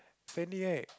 friendly right